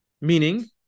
Meaning